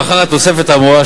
לאחר התוספת האמורה,